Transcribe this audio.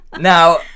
now